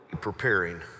preparing